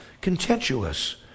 contentious